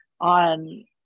on